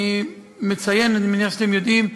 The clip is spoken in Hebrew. אני מציין, אני מניח שאתם יודעים,